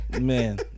Man